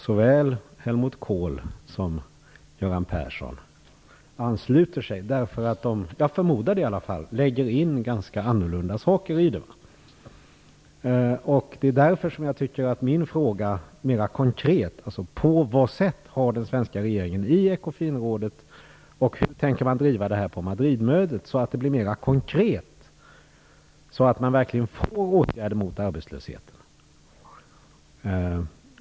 Såväl Helmut Kohl som Göran Persson ansluter sig därför att de - förmodar jag - lägger in saker som är ganska så annorlunda. Därför är min konkreta fråga: På vilket sätt har den svenska regeringen i Ekofinrådet drivit detta och hur tänker man driva detta på Madridmötet, så att det blir mera konkret och man verkligen får åtgärder mot arbetslösheten?